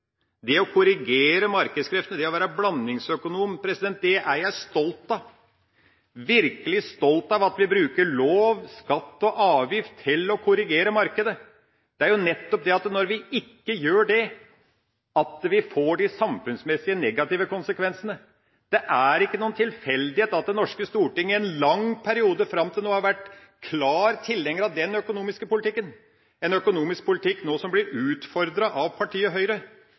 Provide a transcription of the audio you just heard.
Det å korrigere markedskreftene, det å være blandingsøkonom, er jeg stolt av, virkelig stolt av at vi bruker lov, skatt og avgift til å korrigere markedet. Det er nettopp når vi ikke gjør det, at vi får de samfunnsmessig negative konsekvensene. Det er ikke noen tilfeldighet at Det norske storting i en lang periode fram til nå har vært klar tilhenger av den økonomiske politikken, en økonomisk politikk som nå blir utfordret av partiet Høyre